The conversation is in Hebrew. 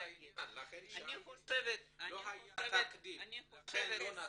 לכן לא נצליח.